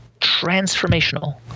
transformational